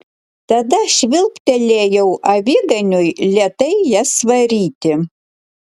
tada švilptelėjau aviganiui lėtai jas varyti